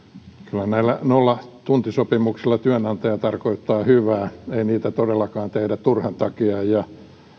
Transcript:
kyllä näillä nollatuntisopimuksilla työnantaja tarkoittaa hyvää ei niitä todellakaan tehdä turhan takia ja